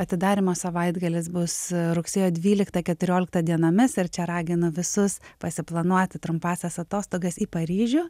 atidarymo savaitgalis bus rugsėjo dvylikta keturiolikta dienomis ar čia raginu visus pasiplanuoti trumpąsias atostogas į paryžių